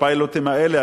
הפיילוטים האלה,